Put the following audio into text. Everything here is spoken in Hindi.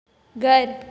घर